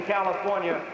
California